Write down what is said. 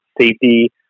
safety